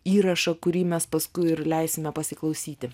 įrašą kurį mes paskui ir leisime pasiklausyti